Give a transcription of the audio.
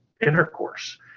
intercourse